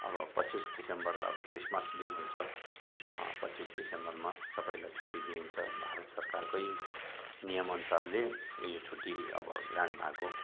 अब पच्चिस डिसेम्बर अब क्रिसमस डे हुन्छ पच्चिस डिसेम्बरमा सबलाई छुट्टी दिइन्छ भारत सरकारकै नियम अनुसारले यो छुट्टी अब ग्रान्ट भएको